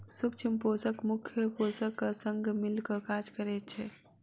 सूक्ष्म पोषक मुख्य पोषकक संग मिल क काज करैत छै